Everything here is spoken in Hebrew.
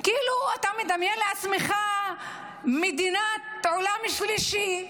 כאילו אתה מדמיין לעצמך מדינת עולם שלישי,